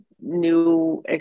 new